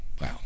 Wow